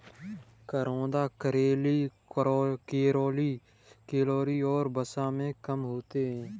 करौंदा कैलोरी और वसा में कम होते हैं